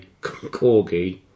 Corgi